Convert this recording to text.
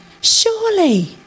Surely